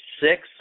six